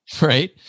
Right